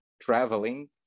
traveling